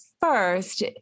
first